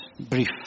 brief